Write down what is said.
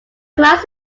clients